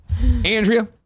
Andrea